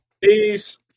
Peace